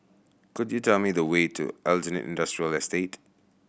could you tell me the way to Aljunied Industrial Estate